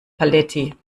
paletti